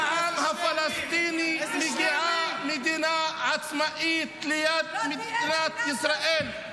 לעם הפלסטיני מגיעה מדינה עצמאית ליד מדינת ישראל.